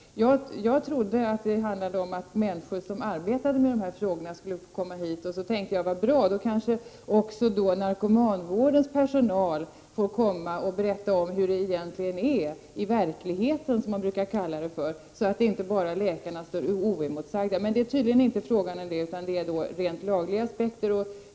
Jag trodde att det handlade om att människor som arbetade med dessa frågor skulle få komma hit, och jag tyckte att det var bra, därför att då kanske också narkomanvårdens personal skulle få komma och berätta om hur det egentligen är i verkligheten, som det brukar kallas, så att inte läkarna står oemotsagda. Men det är tydligen bara fråga om rent lagliga aspekter.